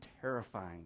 terrifying